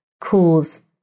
cause